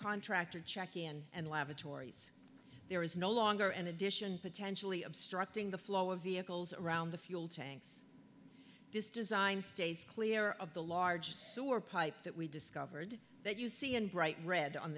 contractor check in and lavatories there is no longer an addition potentially obstructing the flow of vehicles around the fuel tanks this design stays clear of the large sewer pipe that we discovered that you see in bright red on